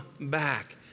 back